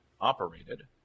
operated